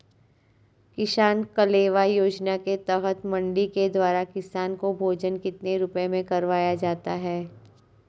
किसान कलेवा योजना के तहत मंडी के द्वारा किसान को भोजन कितने रुपए में करवाया जाता है?